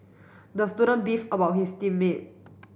the student beef about his team mate